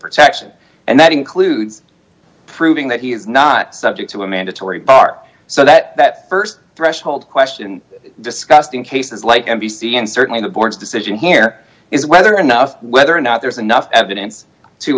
protection and that includes proving that he is not subject to a mandatory bar so that that st threshold question discussed in cases like n b c and certainly the board's decision here is whether enough whether or not there's enough evidence to